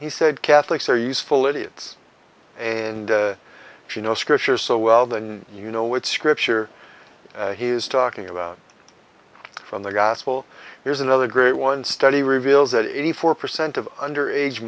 he said catholics are useful idiots and she know scripture so well than you know what scripture he is talking about from the gospel here's another great one study reveals that eighty four percent of under age